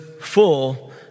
full